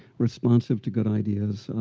responsive to good ideas.